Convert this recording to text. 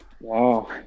Wow